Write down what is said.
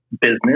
business